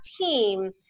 team